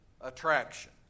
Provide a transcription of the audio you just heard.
attraction